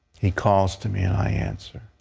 he calls to me and i answer.